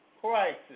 crisis